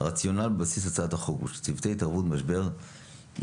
הרציונל בבסיס הצעת החוק הוא שצוותי התערבות במשבר יפעלו